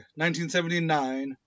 1979